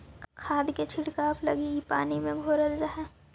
खाद के छिड़काव लगी इ पानी में घोरल जा हई